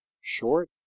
short